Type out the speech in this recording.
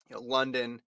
London